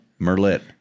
Merlit